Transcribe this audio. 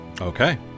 Okay